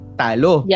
talo